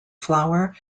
flour